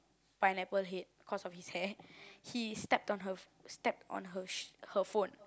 Pineapple head cause of his hair he stepped on her stepped on her her phone